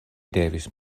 devis